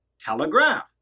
Telegraph